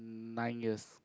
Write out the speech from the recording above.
nine years